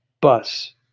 bus